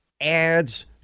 adds